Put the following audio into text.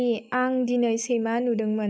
अलि आं दिनै सैमा नुदोंमोन